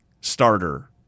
starter